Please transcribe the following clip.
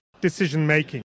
decision-making